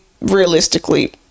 Realistically